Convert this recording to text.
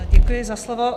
Děkuji za slovo.